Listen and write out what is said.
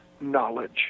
knowledge